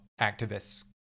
activists